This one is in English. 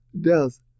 death